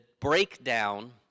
breakdown